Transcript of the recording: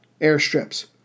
airstrips